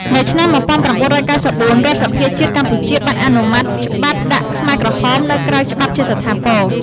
នៅឆ្នាំ១៩៩៤ រដ្ឋសភាជាតិកម្ពុជាបានអនុម័តច្បាប់ដាក់ខ្មែរក្រហមនៅក្រៅច្បាប់ជាស្ថាពរ។